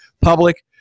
public